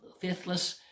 faithless